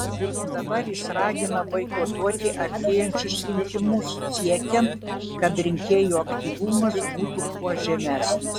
dabar jis ragina boikotuoti artėjančius rinkimus siekiant kad rinkėjų aktyvumas būtų kuo žemesnis